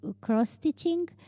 cross-stitching